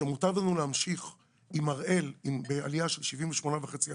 שמוטב לנו להמשיך עם הראל בעלייה של 78.5%,